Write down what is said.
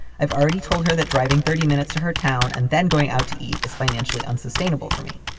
i've already told her that driving thirty minutes to her town and then going out to eat is financially unsustainable for me.